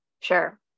Sure